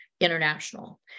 international